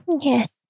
Yes